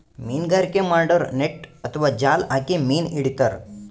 ಮೀನ್ಗಾರಿಕೆ ಮಾಡೋರು ನೆಟ್ಟ್ ಅಥವಾ ಜಾಲ್ ಹಾಕಿ ಮೀನ್ ಹಿಡಿತಾರ್